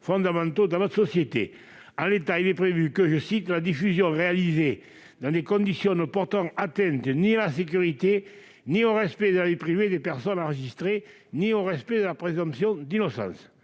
fondamentaux de notre société. L'alinéa 11 prévoit en l'état que « la diffusion est réalisée dans les conditions ne portant atteinte ni à la sécurité, ni au respect de la vie privée des personnes enregistrées, ni au respect de la présomption d'innocence.